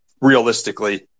realistically